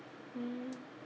mm